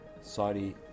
Saudi